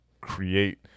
create